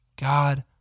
God